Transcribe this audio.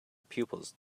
pupils